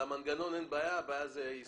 לגבי המנגנון אין בעיה אבל הבעיה היא יישומו.